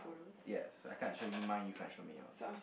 ya I kind of show you mind you kind of show me yours